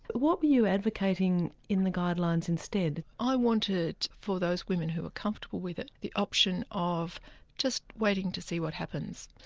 what were you advocating in the guidelines instead? i wanted for those women who were comfortable with it, the option of just waiting to see what happens.